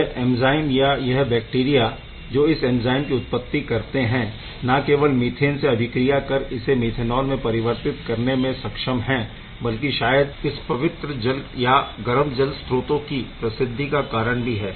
यह एंज़ाइम या यह बैक्टीरिया जो इस एंज़ाइम की उत्पत्ति करते है न केवल मीथेन से अभिक्रिया कर इसे मीथेनॉल में परिवर्तित करने में सक्षम है बल्कि शायद इस पवित्र जल या गर्म जल स्रोत की प्रसिद्धि का करण भी है